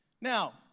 Now